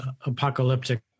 apocalyptic